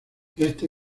este